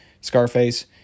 Scarface